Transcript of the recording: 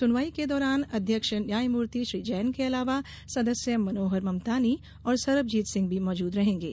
सुनवाई के दौरान अध्यक्ष न्यायमूर्ति श्री जैन के अलावा सदस्य मनोहर ममतानी और सरबजीत सिंह भी मौजूद रहेंगे